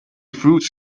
fruits